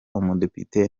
umudepite